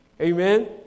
Amen